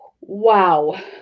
Wow